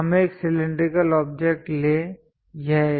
हम एक cylindrical object लें यह एक